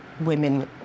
women